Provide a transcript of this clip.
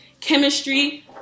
chemistry